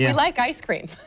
yeah like ice cream.